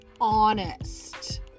honest